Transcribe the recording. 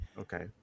Okay